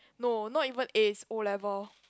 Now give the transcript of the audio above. no not even A's O-level